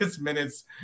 minutes